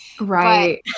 Right